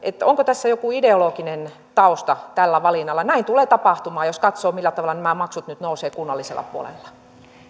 onko tässä joku ideologinen tausta tällä valinnalla näin tulee tapahtumaan jos katsoo millä tavalla nämä maksut nyt nousevat kunnallisella puolella